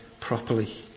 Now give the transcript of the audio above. properly